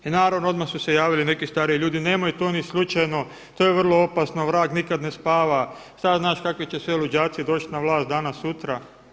I naravno odmah su se javili neki stariji ljudi, nemoj to ni slučajno, to je vrlo opasno vrag nikad ne spava, šta znaš kakvi će sve luđaci doći danas sutra.